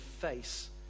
face